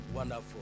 wonderful